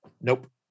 Nope